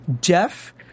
Jeff